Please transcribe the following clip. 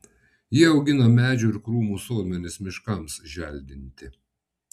jie augina medžių ir krūmų sodmenis miškams želdinti